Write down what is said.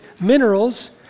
minerals